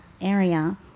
area